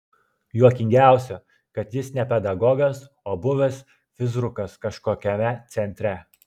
juokingiausia kad jis ne pedagogas o buvęs fizrukas kažkokiame centre